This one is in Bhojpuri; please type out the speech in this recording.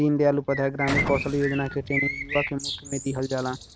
दीन दयाल उपाध्याय ग्रामीण कौशल योजना क ट्रेनिंग युवा के मुफ्त में दिहल जाला